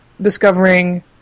discovering